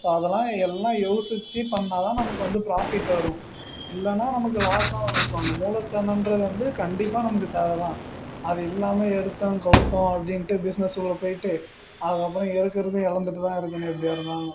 so அதெல்லாம் எல்லாம் யோசிச்சிப் பண்ணால் தான் நமக்கு வந்து ப்ராஃபிட் வரும் இல்லைன்னா நமக்கு லாஸ் தான் வரும் ஸோ அந்த மூலத்தனன்றது வந்து கண்டிப்பாக நமக்குத் தேவை தான் அது இல்லாமல் எடுத்தோம் கவுத்தோம் அப்படின்ட்டு பிஸ்னஸ் உள்ள போய்ட்டு அதுக்கப்புறம் இருக்கிறதும் இலந்துட்டு தான் இருக்கணும் எப்படியா இருந்தாலும்